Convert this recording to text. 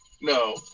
no